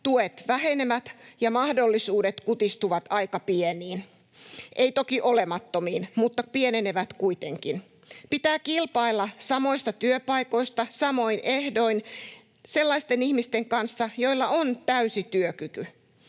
tuet vähenevät ja mahdollisuudet kutistuvat aika pieniin — eivät toki olemattomiin, mutta pienenevät kuitenkin. Pitää kilpailla samoista työpaikoista samoin ehdoin sellaisten ihmisten kanssa, joilla on täysi työkyky.